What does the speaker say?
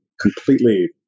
completely